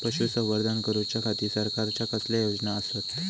पशुसंवर्धन करूच्या खाती सरकारच्या कसल्या योजना आसत?